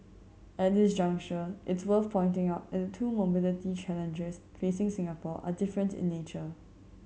at this juncture it's worth pointing out that the two mobility challenges facing Singapore are different in nature